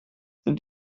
sind